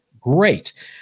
Great